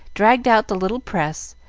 dragged out the little press,